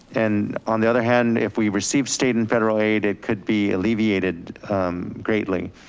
and on the other hand, if we receive state and federal aid, it could be alleviated greatly.